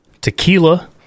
Tequila